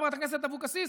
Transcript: חברת הכנסת אבוקסיס?